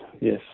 yes